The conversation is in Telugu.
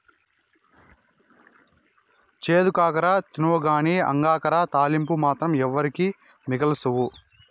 చేదు కాకర తినవుగానీ అంగాకర తాలింపు మాత్రం ఎవరికీ మిగల్సవు